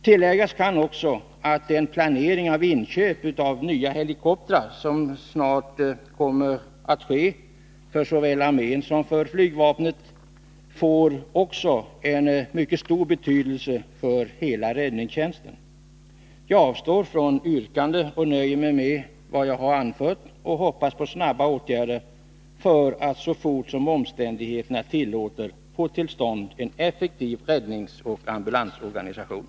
Tilläggas kan också att den planering av inköp av nya helikoptrar som snart kommer att ske för såväl armén som flygvapnet också får en mycket stor betydelse för hela räddningstjänsten. Jag avstår från yrkande och nöjer mig med vad jag anfört och hoppas på snabba åtgärder för att så fort som omständigheterna tillåter få till stånd en effektiv räddningsoch ambulansorganisation.